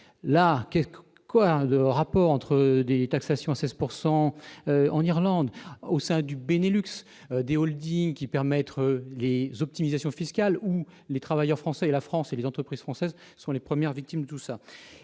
quoi de rapports entre des taxations, à 16 pourcent en Irlande, au sein du Bénélux de Holding qui permettre les optimisations fiscales ou les travailleurs français et la France et les entreprises françaises sont les premières victimes, tout ça,